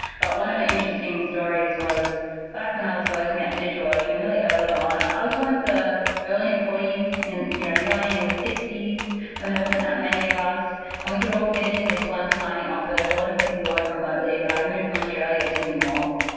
but one of the interesting stories was back when i was working at digitalocean really early on, i i was one of the early employees you know joining in the sixty s when there wasn't that many of us and we could all fit into this one tiny office. a lot of people work remotely, but i moved from australia to new york,